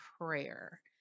prayer